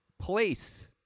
place